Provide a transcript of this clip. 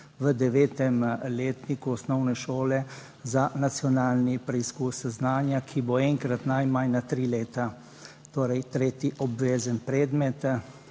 v devetem letniku osnovne šole za nacionalni preizkus znanja, ki bo enkrat najmanj na tri leta, torej tretji obvezen predmet,